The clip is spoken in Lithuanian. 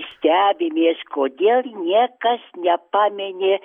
stebimės kodėl niekas nepamini